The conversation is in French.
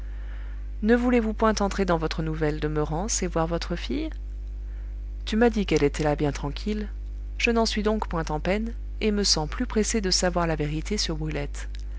ne voulez-vous point entrer dans votre nouvelle demeurance et voir votre fille tu m'as dit qu'elle était là bien tranquille je n'en suis donc point en peine et me sens plus pressé de savoir la vérité sur brulette